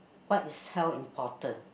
why is health important